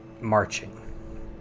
marching